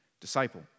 disciple